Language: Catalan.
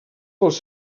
pels